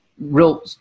real